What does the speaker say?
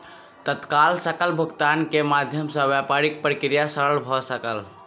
तत्काल सकल भुगतान के माध्यम सॅ व्यापारिक प्रक्रिया सरल भ सकल